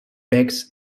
pigs